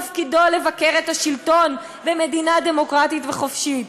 תפקידו לבקר את השלטון במדינה דמוקרטית וחופשית,